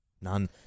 None